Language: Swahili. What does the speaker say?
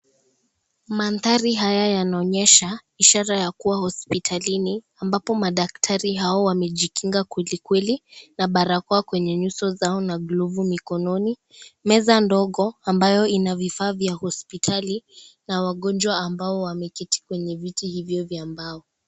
Mandhari haya yanaonyesha ishara ya kuwa hospitalini ambapo madaktari hao wamejikinga kwelikweli, na barakoa kwenye nyuso zao na glovu mikononi. Meza ndogo ambayo ina vifaa vya hospitali na wagonjwa ambao wameketi kwenye viti hivyo vya mbao.